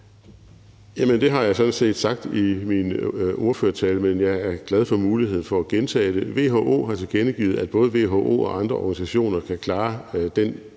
det har jeg sådan set sagt i min ordførertale, men jeg er glad for muligheden for at gentage det. WHO har tilkendegivet, at både WHO og andre organisationer kan klare den